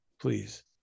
please